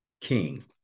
king